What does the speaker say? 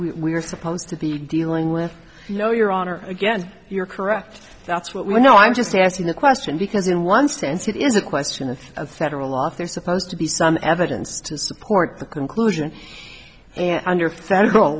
we're supposed to be dealing with you know your honor again you're correct that's what we know i'm just asking the question because in one sense it is a question of a federal law if they're supposed to be some evidence to support the conclusion and under federal